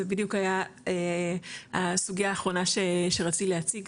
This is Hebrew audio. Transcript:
זה בדיוק היה הסוגייה האחרונה שרציתי להציג,